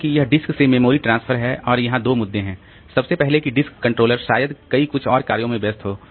क्योंकि यह डिस्क से मेमोरी ट्रांसफर है और यहां 2 मुद्दे हैं सबसे पहले की डिस्क कंट्रोलर शायद कई कुछ और कार्यों में व्यस्त हो